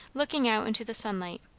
looking out into the sunlight.